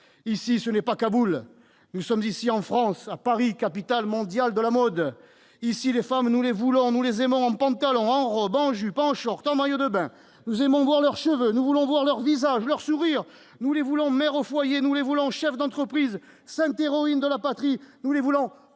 Ici, ce n'est pas Kaboul, nous sommes en France, à Paris, capitale mondiale de la mode. Ici, les femmes, nous les voulons et nous les aimons en pantalon, en robe, en jupe, en short, en maillot de bain. Nous aimons voir leurs cheveux, nous voulons voir leur visage, leur sourire. Nous les voulons mères au foyer, chefs d'entreprise, saintes héroïnes de la patrie, parlementaires.